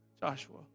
Joshua